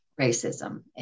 racism